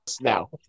Now